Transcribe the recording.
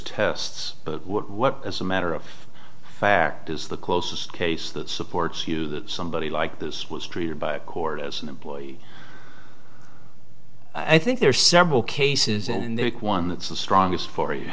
tests but as a matter of fact is the closest case that supports you that somebody like this was treated by a court as an employee i think there are several cases and the one that's the strongest for you